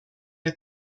der